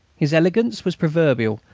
his elegance was proverbial,